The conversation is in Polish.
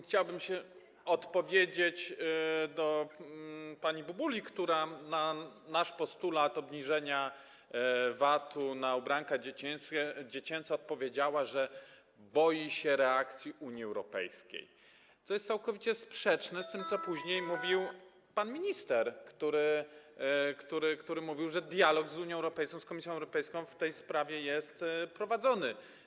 Chciałbym odpowiedzieć pani Bubuli, która na nasz postulat obniżenia VAT na ubranka dziecięce odpowiedziała, że boi się reakcji Unii Europejskiej, co jest całkowicie sprzeczne z tym, co później mówił pan minister, który stwierdził, że dialog z Unią Europejską, z Komisją Europejską jest w tej sprawie prowadzony.